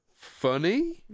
funny